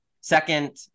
Second